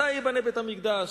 מתי ייבנה בית-המקדש?